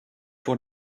pour